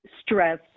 stress